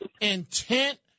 intent